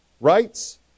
rights